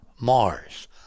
Mars